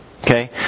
Okay